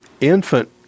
infant